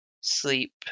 sleep